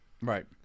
right